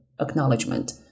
acknowledgement